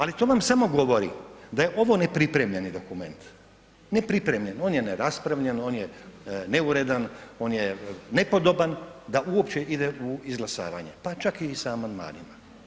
Ali to vam samo govori da je ovo nepripremljeni dokument, nepripremljen, on je neraspravljen, on je neuredan, on je nepodoban da uopće ide u izglasavanje pa čak i sa amandmanima.